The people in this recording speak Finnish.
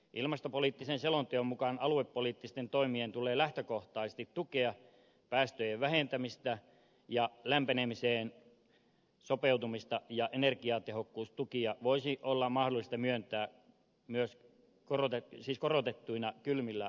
ilmastopoliittisen selonteon mukaan aluepoliittisten toimien tulee lähtökohtaisesti tukea päästöjen vähentämistä ja lämpenemiseen sopeutumista ja energiatehokkuustukia voisi olla mahdollista myöntää korotettuina kylmillä alueilla